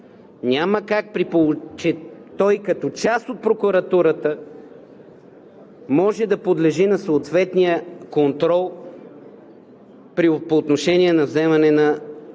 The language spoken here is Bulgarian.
няма как, че той, като част от прокуратурата, може да подлежи на съответния контрол по отношение на вземане на съответните